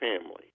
family